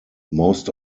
most